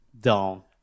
Down